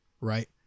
Right